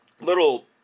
little